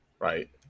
right